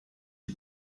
you